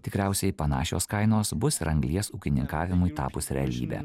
tikriausiai panašios kainos bus ir anglies ūkininkavimui tapus realybe